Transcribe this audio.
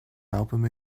album